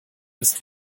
ist